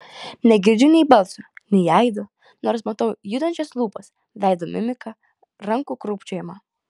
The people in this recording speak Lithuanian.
negirdžiu nei balso nei aido nors matau judančias lūpas veido mimiką rankų krūpčiojimą